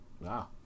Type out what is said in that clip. wow